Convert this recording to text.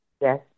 Yes